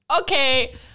Okay